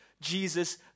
Jesus